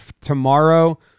Tomorrow